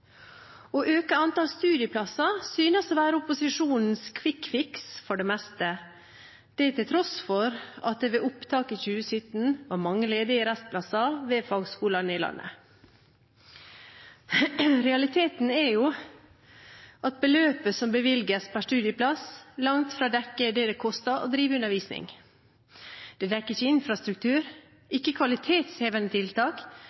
Å øke antallet studieplasser synes å være opposisjonens kvikkfiks for det meste, det til tross for at det ved opptaket i 2017 var mange ledige restplasser ved fagskolene i landet. Realiteten er at beløpet som bevilges per studieplass, langt fra dekker det det koster å drive undervisning. Det dekker ikke infrastruktur, ikke kvalitetshevende tiltak,